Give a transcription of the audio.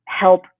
help